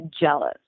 jealous